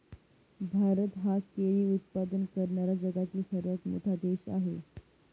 भारत हा केळी उत्पादन करणारा जगातील सर्वात मोठा देश आहे